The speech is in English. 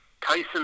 Tyson